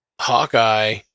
Hawkeye